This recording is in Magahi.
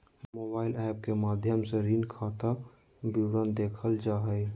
मोबाइल एप्प के माध्यम से ऋण खाता विवरण देखल जा हय